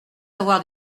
avoir